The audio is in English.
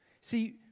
See